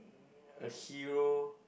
a hero